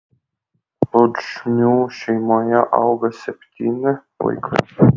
pudžmių šeimoje auga septyni vaikai